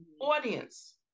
audience